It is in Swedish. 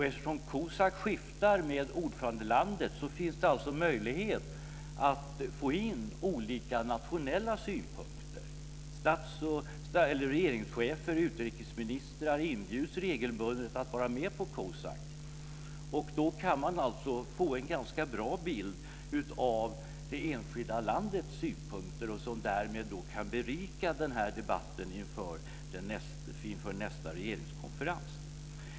Eftersom COSAC skiftar med ordförandelandet finns det alltså möjlighet att få in olika nationella synpunkter. Regeringschefer och utrikesministrar inbjuds regelbundet att vara med på CO SAC. Då kan man få en ganska bra bild av det enskilda landets synpunkter, som därmed kan berika debatten inför nästa regeringskonferens.